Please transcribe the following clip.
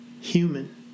human